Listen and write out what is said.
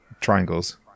Triangles